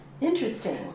Interesting